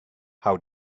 how